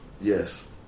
Yes